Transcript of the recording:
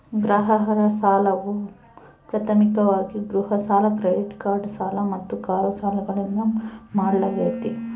ಗ್ರಾಹಕರ ಸಾಲವು ಪ್ರಾಥಮಿಕವಾಗಿ ಗೃಹ ಸಾಲ ಕ್ರೆಡಿಟ್ ಕಾರ್ಡ್ ಸಾಲ ಮತ್ತು ಕಾರು ಸಾಲಗಳಿಂದ ಮಾಡಲಾಗ್ತೈತಿ